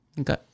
Okay